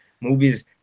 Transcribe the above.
movies